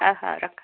ହଁ ହେଉ ରଖ